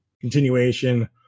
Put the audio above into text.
continuation